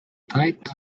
tight